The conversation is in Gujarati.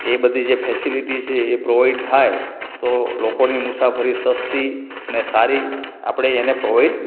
એ બધી જે ફૅસેલિટી છે એ પ્રોવાઈડ થાય તો લોકોની મુસાફરી સસ્તી અને સારી આપણે એને પ્રોવાઈડ